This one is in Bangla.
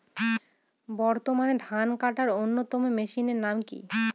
বর্তমানে ধান কাটার অন্যতম মেশিনের নাম কি?